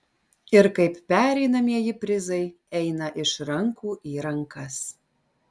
ir kaip pereinamieji prizai eina iš rankų į rankas